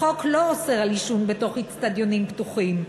החוק לא אוסר את העישון בתוך איצטדיונים פתוחים,